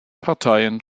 parteien